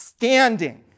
Standing